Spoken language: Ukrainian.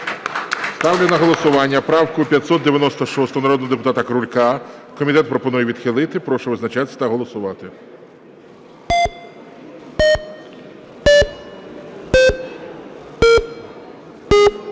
Ставлю на голосування правку 596, народного депутата Крулька. Комітет пропонує відхилити. Прошу визначатись та голосувати.